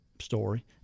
story